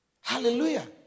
hallelujah